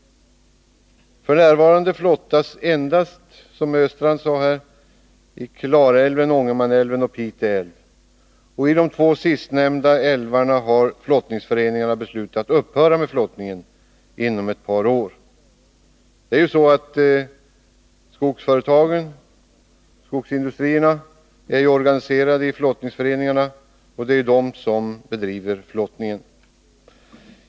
F.n. flottas, som Olle Östrand sade, endast i Klarälven, Ångermanälven och Pite älv. I de två sistnämnda älvarna har flottningsföreningarna beslutat att upphöra med flottningen inom ett par år. Skogsindustrierna är ju organiserade i flottningsföreningar, och det är dessa som bedriver flottning.